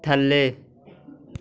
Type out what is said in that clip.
ਥੱਲੇ